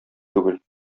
түгел